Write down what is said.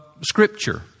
Scripture